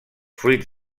fruits